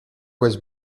was